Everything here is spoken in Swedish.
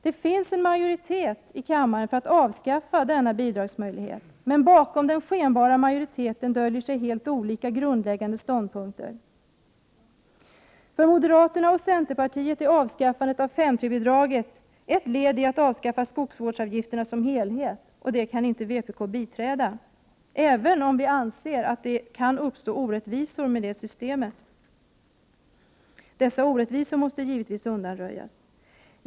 Det finns en majoritet för att avskaffa denna bidragsmöjlighet, men bakom denna skenbara majoritet döljer sig helt olika grundläggande ståndpunkter. För moderaterna och centerpartiet är avskaffandet av 5:3-bidraget ett led i att avskaffa skogsvårdsavgifterna som helhet och detta kan inte vpk biträda, även om vi anser att det kan uppstå orättvisor med det systemet. Dessa orättvisor måste givetvis undanröjas.